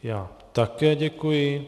Já také děkuji.